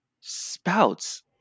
spouts